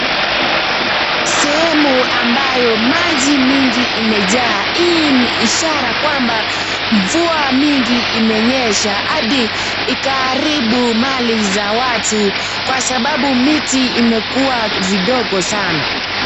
Sehemu ambayo maji mingi imejaa ,hii ni ishara kwamba mvua mingi imenyesha adi ikaharibu mali za watu kwa sababu miti imekua vindogo sana.